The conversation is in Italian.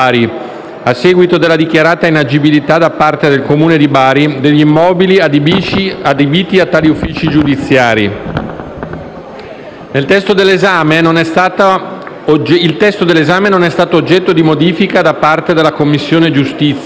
a seguito della dichiarata inagibilità da parte del comune di Bari degli immobili adibiti a tali uffici giudiziari. Il testo all'esame non è stato oggetto di modifica da parte della Commissione giustizia.